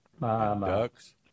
Ducks